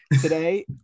today